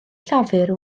llafur